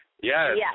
yes